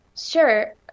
Sure